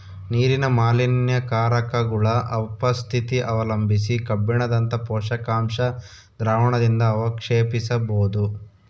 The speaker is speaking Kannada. ನೀರಿನ ಮಾಲಿನ್ಯಕಾರಕಗುಳ ಉಪಸ್ಥಿತಿ ಅವಲಂಬಿಸಿ ಕಬ್ಬಿಣದಂತ ಪೋಷಕಾಂಶ ದ್ರಾವಣದಿಂದಅವಕ್ಷೇಪಿಸಬೋದು